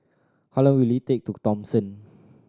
how long will it take to Thomson